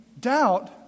doubt